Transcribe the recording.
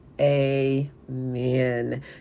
amen